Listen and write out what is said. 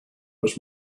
was